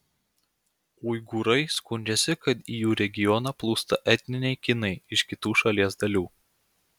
uigūrai skundžiasi kad į jų regioną plūsta etniniai kinai iš kitų šalies dalių